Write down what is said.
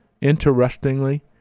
Interestingly